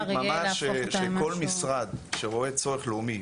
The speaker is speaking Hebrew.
יהיה להפוך אותה למשהו --- תשתית שכל משרד שרואה צורך לאומי,